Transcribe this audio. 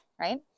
right